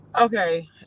Okay